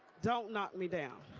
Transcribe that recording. don't knock me down!